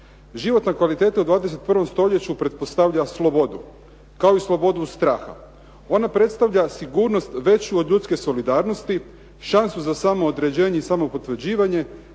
Životna kvaliteta u 21. stoljeće pretpostavlja slobodu, kao i slobodu od straha. Ona predstavlja sigurnost veću od ljudske solidarnosti, šansu za samoodređenje i samopotvrđivanje,